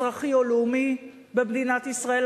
אזרחי או לאומי במדינת ישראל.